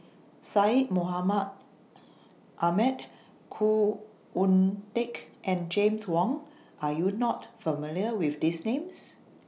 Syed Mohamed Ahmed Khoo Oon Teik and James Wong Are YOU not familiar with These Names